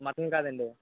mutton కాదండి